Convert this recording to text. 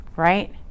Right